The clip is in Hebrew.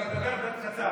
אני אדבר בקצרה.